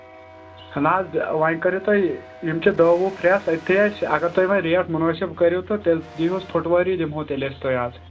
نہ حظ وۅنۍ کٔرِو تُہۍ یِم چھِ دَہ وُہ پھرٛیٚس أتتھٕے ٲسۍ اَگر تُہۍ وۅنۍ ریٹ مُنٲسب کٔرِو تہٕ تیٚلہِ دِیٖہوٗس فُٹہٕ وٲری دِمٕہوو تیٚلہِ أسۍ تۅہہِ حظ